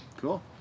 cool